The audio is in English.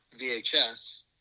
VHS